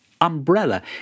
umbrella